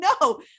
no